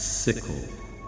sickle